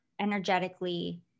energetically